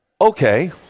Okay